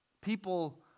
People